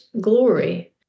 glory